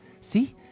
See